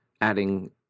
adding